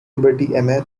liberty